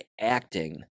acting